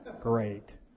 Great